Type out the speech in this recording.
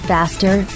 faster